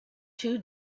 too